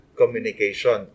communication